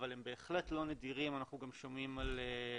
אבל הם בהחלט לא נדירים אנחנו שומעים על אלימות